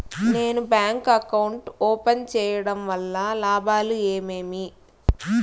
నేను bank account open సేయడం వల్ల లాభాలు ఏమేమి?